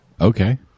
Okay